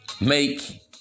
make